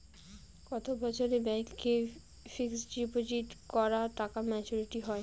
কত বছরে ব্যাংক এ ফিক্সড ডিপোজিট করা টাকা মেচুউরিটি হয়?